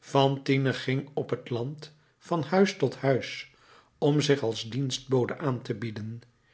fantine ging op het land van huis tot huis om zich als dienstbode aan te bieden